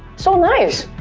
so nice!